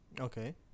okay